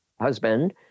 husband